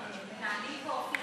אנחנו מנהלים פה,